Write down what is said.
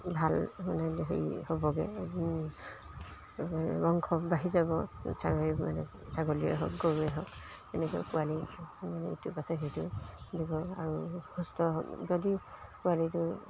ভাল মানে হেৰি হ'বগৈ বাঢ়ি যাব ছাগলীয়ে হওক গৰুৱে হওক এনেকৈ পোৱালি মানে ইটো পাছত সিটো দিব আৰু সুস্থ যদি পোৱালিটো